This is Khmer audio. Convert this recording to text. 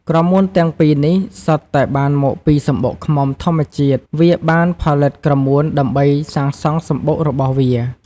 ក្រមួនទាំងពីរនេះសុទ្ធតែបានមកពីសំបុកឃ្មុំធម្មជាតិ វាបានផលិតក្រមួនដើម្បីសាងសង់សំបុករបស់វា។